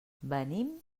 venim